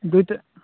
ଦୁଇଟା